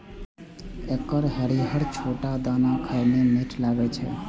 एकर हरियर छोट दाना खाए मे मीठ लागै छै